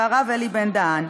ואת הרב אלי בן-דהן,